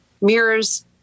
mirrors